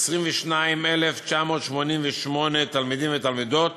22,988 תלמידים ותלמידות.